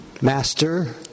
Master